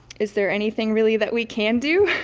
is there anything really that we can do?